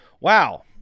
Wow